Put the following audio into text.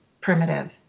primitive